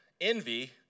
envy